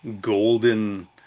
golden